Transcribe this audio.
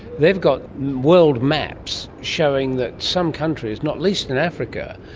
they've got world maps showing that some countries, not least in africa,